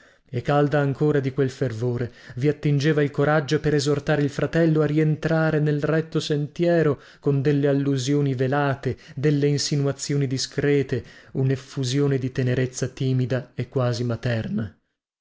e calda ancora di quel fervore vi attingeva il coraggio per esortare il fratello a rientrare nel retto sentiero con delle allusioni velate delle insinuazioni discrete uneffusione di tenerezza timida e quasi materna